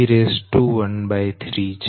Dsc13 છે